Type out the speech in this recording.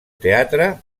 teatre